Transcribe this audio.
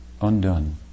undone